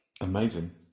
Amazing